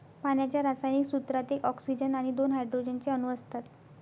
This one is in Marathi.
पाण्याच्या रासायनिक सूत्रात एक ऑक्सीजन आणि दोन हायड्रोजन चे अणु असतात